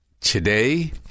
today